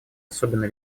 особенно